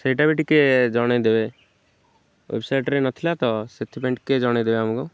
ସେଇଟା ବି ଟିକେ ଜଣେଇ ଦେବେ ୱେବ୍ସାଇଟ୍ରେ ନଥିଲା ତ ସେଥିପାଇଁ ଟିକେ ଜଣେଇ ଦେବେ ଆମକୁ